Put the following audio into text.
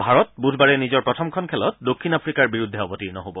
ভাৰত বুধবাৰে নিজৰ প্ৰথমখন খেলত দক্ষিণ আফ্ৰিকাৰ বিৰুদ্ধে অৱতীৰ্ণ হ'ব